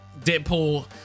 Deadpool